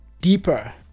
deeper